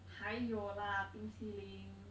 还有啦冰淇淋